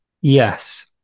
Yes